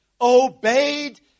obeyed